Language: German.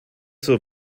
zur